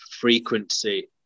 frequency